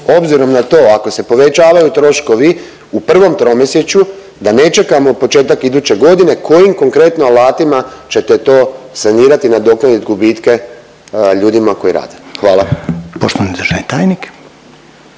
obzirom na to ako se povećavaju troškovi u prvom tromjesečju da ne čekamo početak iduće godine, kojim konkretno alatima ćete to sanirati, nadoknadit gubitke ljudima koji rade. Hvala.